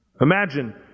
Imagine